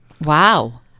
wow